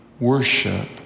worship